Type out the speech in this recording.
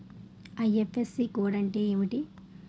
IFSC code అంటే ఏంటి?